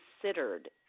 considered